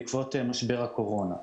בעקבות משבר הקורונה.